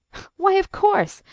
why, of course!